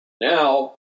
now